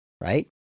Right